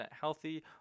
healthy